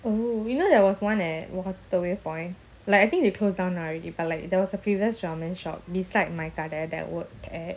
oh you know there was one at waterway point like I think they closed down already but like there was a previous ramen shop beside my கடை:kada that worked at